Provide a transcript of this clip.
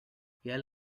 yell